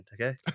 okay